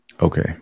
okay